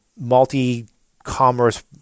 multi-commerce